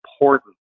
important